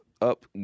up